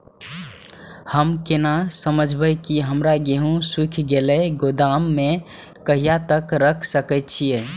हम केना समझबे की हमर गेहूं सुख गले गोदाम में कहिया तक रख सके छिये?